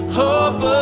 hope